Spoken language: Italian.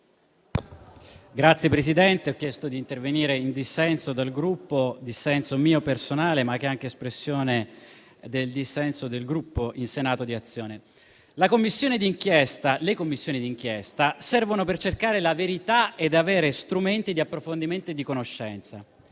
Signor Presidente, ho chiesto di intervenire in dissenso dal Gruppo, dissenso mio personale, ma che è anche espressione del dissenso del Gruppo in Senato di Azione. Le Commissioni di inchiesta servono per cercare la verità e avere strumenti di approfondimento e conoscenza.